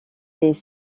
des